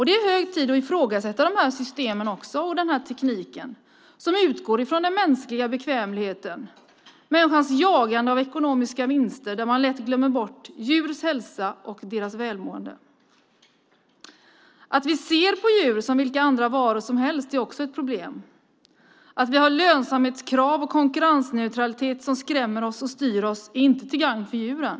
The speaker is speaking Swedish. Det är hög tid att ifrågasätta de här systemen och den teknik som utgår från den mänskliga bekvämligheten och människans jagande efter ekonomiska vinster och där man lätt glömmer bort djurens hälsa och välmående. Att vi ser på djur som vilka varor som helst är också ett problem. Att vi har lönsamhetskrav och konkurrensneutralitet som skrämmer och styr oss är inte till gagn för djuren.